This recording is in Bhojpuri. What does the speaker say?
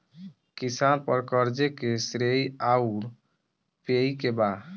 किसान पर क़र्ज़े के श्रेइ आउर पेई के बा?